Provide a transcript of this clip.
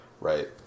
right